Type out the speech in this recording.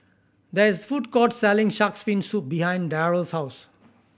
there is food court selling Shark's Fin Soup behind Darell's house